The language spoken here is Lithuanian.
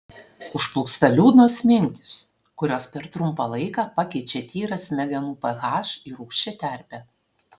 užplūsta liūdnos mintys kurios per trumpą laiką pakeičia tyrą smegenų ph į rūgščią terpę